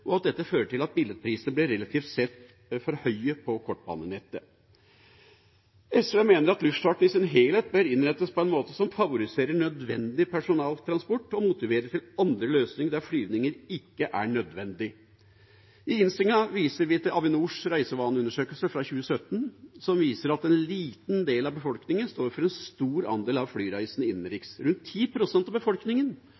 og dette fører til at billettprisene blir relativt sett for høye på kortbanenettet. SV mener at luftfart i sin helhet bør innrettes på en måte som favoriserer nødvendig personaltransport og motiverer til andre løsninger der flyvninger ikke er nødvendig. I innstillinga viser vi til Avinors reisevaneundersøkelse fra 2017, som viser at en liten del av befolkningen står for en stor andel av